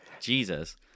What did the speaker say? Jesus